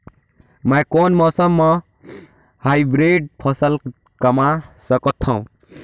मै कोन मौसम म हाईब्रिड फसल कमा सकथव?